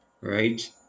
right